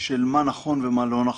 של מה נכון ומה לא נכון.